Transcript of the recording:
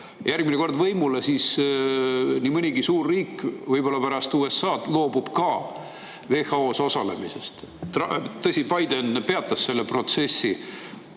järgmine kord võimule, siis nii mõnigi suur riik võib-olla pärast USA-d loobub ka WHO-s osalemast. Tõsi, Biden peatas selle protsessi.